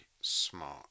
smart